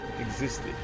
existed